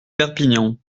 perpignan